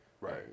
Right